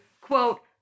quote